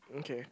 okay